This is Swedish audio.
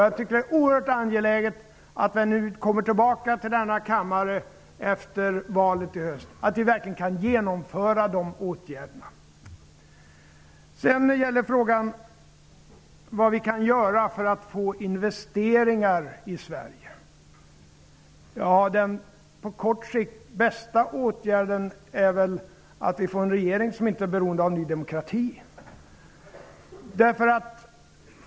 Jag tycker att det är oerhört angeläget att vi när vi kommer tillbaka till denna kammare efter valet i höst verkligen kan genomföra de åtgärderna. När det sedan gäller frågan vad vi kan göra för att få till stånd investeringar i Sverige vill jag säga att den på kort sikt bästa åtgärden väl är att vi får en regering som inte är beroende av Ny demokrati.